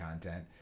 content